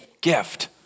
Gift